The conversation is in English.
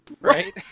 right